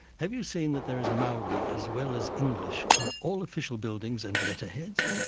have you seen that there is maori as well as english on all official buildings and letterheads?